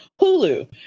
Hulu